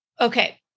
Okay